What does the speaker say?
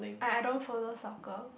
I I don't follow soccer